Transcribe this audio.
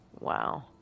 Wow